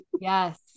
Yes